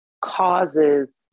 causes